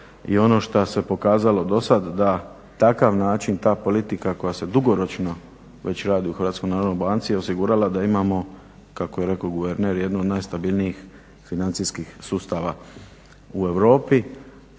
I ono šta se pokazalo do sad da takav način, ta politika koja se dugoročno već radi u Hrvatskoj narodnoj banci osigurala da imamo kako je rekao guverner jednu od najstabilnijih financijskih sustava u Europi,